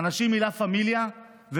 אנשים מלה פמיליה שברו לה את העצמות.